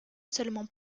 seulement